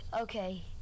Okay